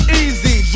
easy